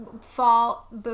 fall